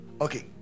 Okay